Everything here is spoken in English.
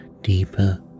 deeper